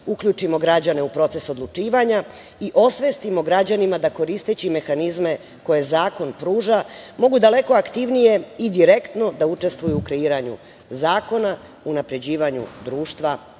uključimo građane u proces odlučivanja i osvestimo građanima da koristeći mehanizme koje zakon pruža mogu daleko aktivnije i direktno da učestvuju u kreiranju zakona, unapređivanju društva